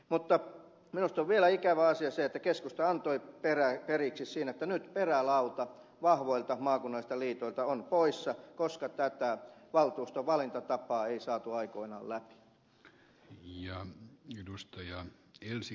mutta minusta on vielä ikävä asia se että keskusta antoi periksi siinä että nyt perälauta vahvoilta maakunnallisilta liitoilta on poissa koska tätä valtuuston valintatapaa ei saatu aikoinaan läpi